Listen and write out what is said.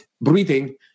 breathing